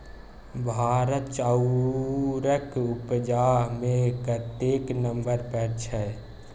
भारत चाउरक उपजा मे कतेक नंबर पर छै?